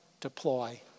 deploy